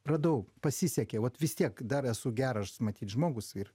radau pasisekė vat vis tiek dar esu geras matyt žmogus ir